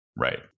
Right